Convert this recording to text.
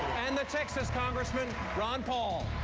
and the texas congressman, ron paul.